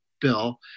Bill